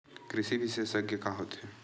कृषि विशेषज्ञ का होथे?